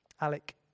Alec